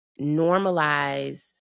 normalize